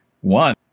one